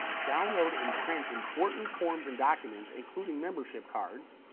download and print important forms and documents, including membership cards,